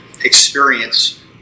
experience